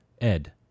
Ed